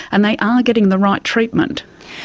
and they are getting the right treatment.